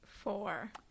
Four